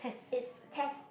it's test